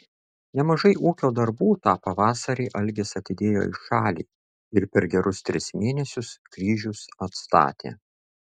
nemažai ūkio darbų tą pavasarį algis atidėjo į šalį ir per gerus tris mėnesius kryžius atstatė